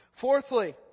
Fourthly